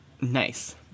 Nice